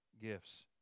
gifts